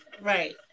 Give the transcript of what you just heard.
Right